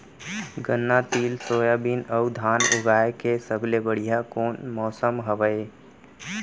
गन्ना, तिल, सोयाबीन अऊ धान उगाए के सबले बढ़िया कोन मौसम हवये?